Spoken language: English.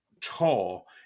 tall